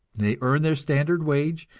they earn their standard wage,